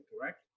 correct